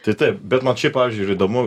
tai taip bet man šiaip pavyzdžiui ir įdomu